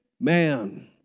man